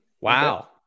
Wow